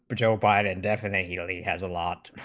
but joe biden definitely has a lot